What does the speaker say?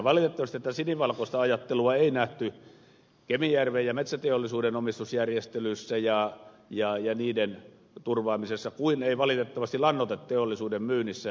valitettavasti tätä sinivalkoista ajattelua ei nähty kemijärven ja metsäteollisuuden omistusjärjestelyssä ja niiden turvaamisessa niin kuin ei valitettavasti lannoiteteollisuuden myynnissä norjalaiselle yaralle